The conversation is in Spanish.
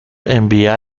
envía